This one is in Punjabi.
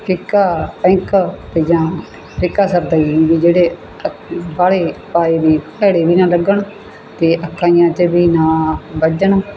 ਫਿੱਕਾ ਪਿੰਕ ਅਤੇ ਜਾਂ ਫਿੱਕਾ ਸਤਰੰਗੀ ਵੀ ਜਿਹੜੇ ਬਾਹਲੇ ਪਾਏ ਵੀ ਭੈੜੇ ਵੀ ਨਾ ਲੱਗਣ ਅਤੇ ਅੱਖਾਂ ਜਿਹੀਆ 'ਚ ਵੀ ਨਾ ਵੱਜਣ